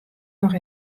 noch